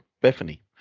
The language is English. Bethany